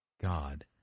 God